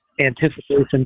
anticipation